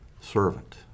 servant